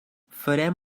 farem